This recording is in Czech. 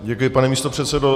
Děkuji, pane místopředsedo.